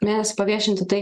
mėnesį paviešinti tai